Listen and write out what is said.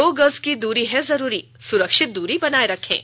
दो गज की दूरी है जरूरी सुरक्षित दूरी बनाए रखें